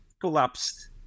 collapsed